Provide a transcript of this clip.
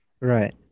Right